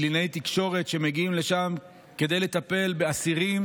קלינאי תקשורת מגיעים לשם כדי לטפל באסירים